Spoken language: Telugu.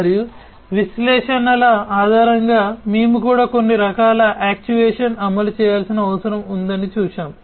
మరియు విశ్లేషణల ఆధారంగా మేము కూడా కొన్ని రకాల యాక్చుయేషన్ అమలు చేయాల్సిన అవసరం ఉందని చూశాము